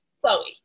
Chloe